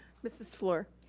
mrs. fluor.